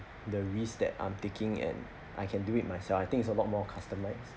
the risk that I'm thinking and I can do it myself I think it's a lot more customised